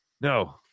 No